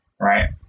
Right